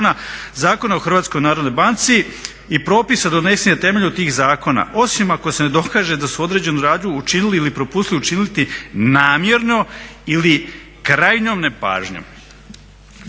zakona, Zakona o HNB-u i propisa donesenih na temelju tih zakona osim ako se ne dokaže da su određenu radnju učinili ili propustili učiniti namjerno ili krajnjom nepažnjom."